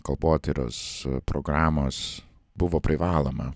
kalbotyros programos buvo privaloma